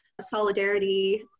solidarity